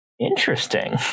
Interesting